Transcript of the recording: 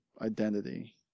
identity